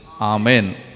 amen